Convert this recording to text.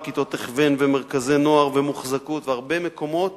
כיתות הכוון ומרכזי נוער ומוחזקות והרבה מקומות